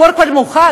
הכול כבר מוכן,